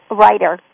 writer